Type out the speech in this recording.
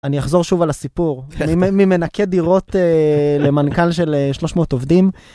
אני אחזור שוב על הסיפור ממנקה דירות למנכל של 300 עובדים.